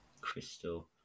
Crystal